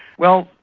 well,